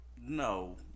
No